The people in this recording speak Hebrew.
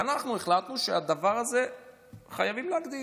והחלטנו שאת הדבר הזה חייבים להגדיל.